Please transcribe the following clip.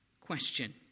question